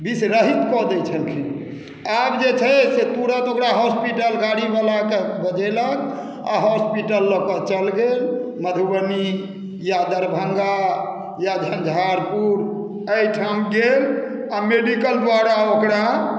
विषरहित कऽ दैत छलखिन आब जे छै से तुरन्त ओकरा हॉस्पिटल गाड़ीवलाके बजेलक आ हॉस्पिटल लकऽ चलि गेल मधुबनी या दरभङ्गा या झँझारपुर एहिठाम गेल आ मेडिकल दुआरा ओकरा